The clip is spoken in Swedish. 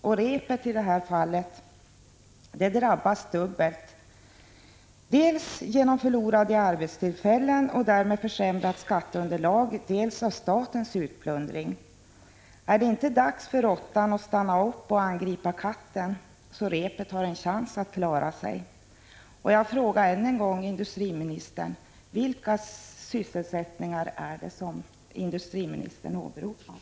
Repet drabbas i det här fallet dubbelt — dels genom förlorade arbetstillfällen och därmed försämrat skatteunderlag, dels genom statens utplundring. Är det inte dags för råttan att stanna upp och angripa katten så att repet har en chans att klara sig? Jag frågar än en gång industriministern: Vilka sysselsättningar är det som industriministern åberopar?